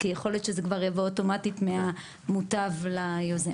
כי יכול להיות שזה כבר יעבור אוטומטית מהמוטב אל היוזם.